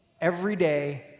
everyday